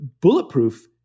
bulletproof